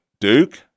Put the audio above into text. Duke